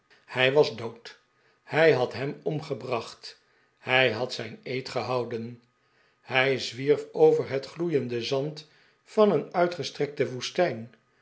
hij was dood hij had hem omgebracht hij had zijn eed gehouden hij zwierf over het gloeiende zand van een uitgestrekte woestijn